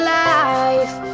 life